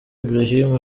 ibrahim